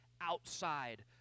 outside